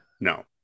no